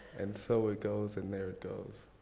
and so it goes, and there it goes.